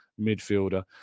midfielder